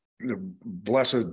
blessed